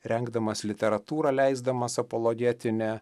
rengdamas literatūrą leisdamas apologetinę